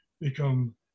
become